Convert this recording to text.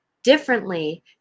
differently